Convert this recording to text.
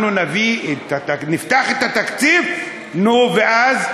אנחנו נפתח את התקציב נו, ואז?